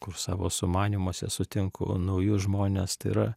kur savo sumanymuose sutinku naujus žmones tai yra